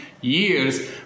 years